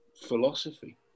philosophy